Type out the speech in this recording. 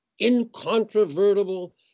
incontrovertible